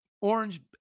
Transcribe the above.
orange